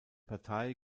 partei